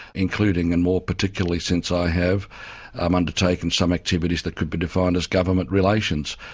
including and more particularly since i have um undertaken some activities that could be defined as government relations.